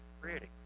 creating